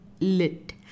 Lit